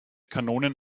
kanonen